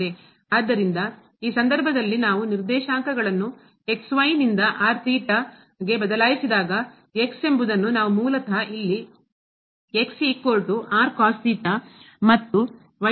ಆದ್ದರಿಂದ ಈ ಸಂದರ್ಭದಲ್ಲಿ ನಾವು ನಿರ್ದೇಶಾಂಕಗಳನ್ನು ನಿಂದ ಎಂಬುದನ್ನು ನಾವು ಮೂಲತಃ ಇಲ್ಲಿ ಮತ್ತು ಎಂದು ಬದಲಿಸುತ್ತೇವೆ